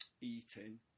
eating